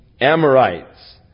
Amorites